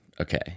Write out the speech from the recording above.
okay